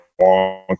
long